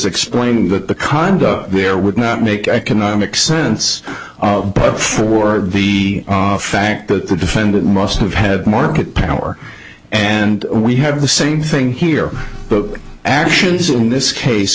explaining that the condo there would not make economic sense of but for the fact that the defendant must have had market power and we have the same thing here but actions in this case